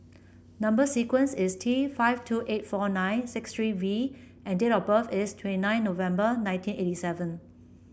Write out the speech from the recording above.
number sequence is T five two eight four nine six three V and date of birth is twenty nine November nineteen eighty seven